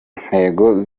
ntego